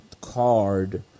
card